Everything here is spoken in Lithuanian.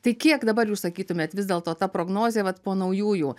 tai kiek dabar jūs sakytumėt vis dėlto ta prognozė vat po naujųjų